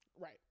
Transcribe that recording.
Right